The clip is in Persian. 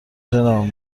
جناب